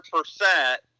percent